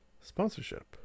sponsorship